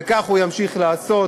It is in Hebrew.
וכך הוא ימשיך לעשות.